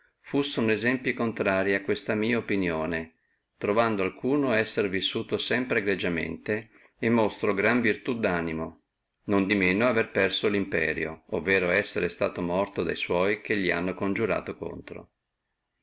che fussino esempli contrarii a questa mia opinione trovando alcuno essere vissuto sempre egregiamente e monstro grande virtù danimo non di meno avere perso lo imperio ovvero essere stato morto da sua che li hanno coniurato contro